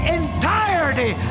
entirety